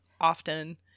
often